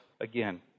again